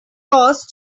horse